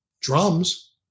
drums